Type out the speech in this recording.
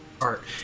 Art